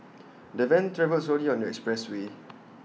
the van travelled slowly on the expressway